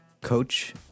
Coach